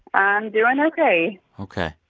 i'm doing ok ok,